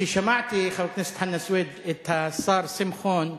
כששמעתי, חבר הכנסת חנא סוייד, את השר שמחון מדבר,